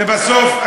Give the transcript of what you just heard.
לבסוף,